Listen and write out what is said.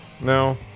No